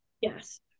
Yes